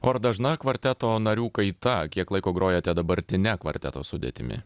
o ar dažna kvarteto narių kaita kiek laiko grojate dabartine kvarteto sudėtimi